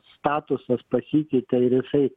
statusas pasikeitė ir jisai